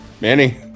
Manny